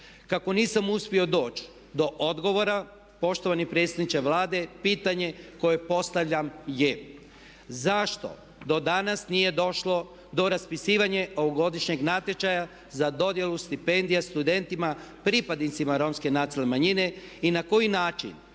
Kako nisam uspio doći do odgovora, poštovani predsjedniče Vlade, pitanje koje postavljam je. Zašto do danas nije došlo do raspisivanja ovogodišnjeg natječaja za dodjelu stipendija studentima pripadnicima Romske nacionalne manjine i na koji način